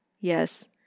Yes